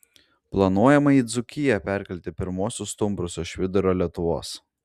planuojama į dzūkiją perkelti pirmuosius stumbrus iš vidurio lietuvos